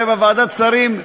הרי בוועדת שרים,